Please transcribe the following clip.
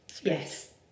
Yes